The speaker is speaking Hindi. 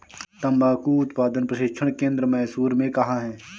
तंबाकू उत्पादन प्रशिक्षण केंद्र मैसूर में कहाँ है?